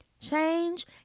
Change